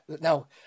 now